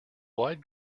wide